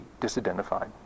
disidentified